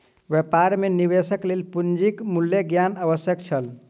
व्यापार मे निवेशक लेल पूंजीक मूल्य ज्ञान आवश्यक छल